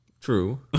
True